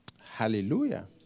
Hallelujah